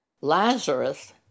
Lazarus